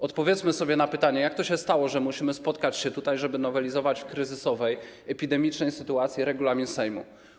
Odpowiedzmy sobie na pytanie, jak to się stało, że musimy spotkać się tutaj, żeby nowelizować w kryzysowej, epidemicznej sytuacji regulamin Sejmu.